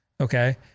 Okay